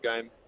game